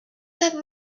that